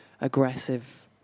aggressive